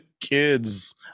kids